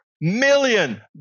million